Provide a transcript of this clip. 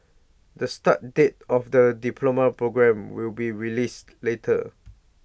the start date of the diploma programme will be released later